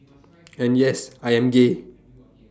and yes I am gay